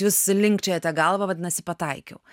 jūs linkčiojat ta galva vadinasi pataikiau